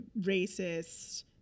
racist